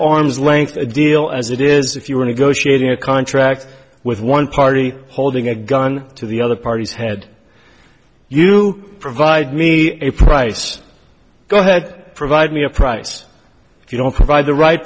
arm's length a deal as it is if you were negotiating a contract with one party holding a gun to the other party's head you provide me a price go ahead provide me a price if you don't provide the right